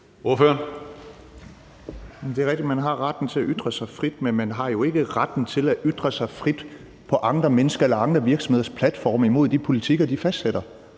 (LA): Det er rigtigt, at man har retten til at ytre sig frit, men man har jo ikke retten til at ytre sig frit på andre mennesker eller andre virksomheders platforme imod de politikker, de fastsætter.